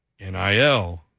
NIL